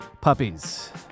puppies